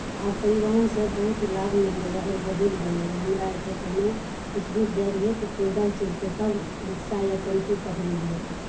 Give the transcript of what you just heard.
आब परिवहनसँ बहुत लाभ मिललैए आओर बदलि गेलैए हमरा अरकेँ पहिने किछु दूर जाइत रहियै तऽ पैदल चलि कऽ तब रिक्शा या टेम्पू पकड़ैत रहियै